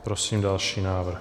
Prosím další návrh.